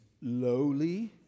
lowly